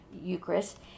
Eucharist